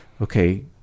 okay